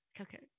Okay